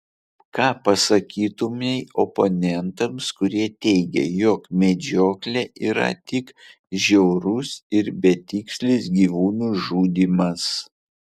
ką pasakytumei oponentams kurie teigia jog medžioklė yra tik žiaurus ir betikslis gyvūnų žudymas